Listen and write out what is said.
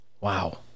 wow